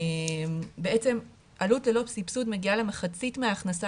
בעצם עלות ללא סבסוד מגיעה למחצית מההכנסה